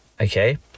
okay